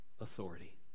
authority